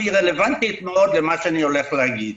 והיא רלוונטית מאוד אל מה שאני הולך להגיד.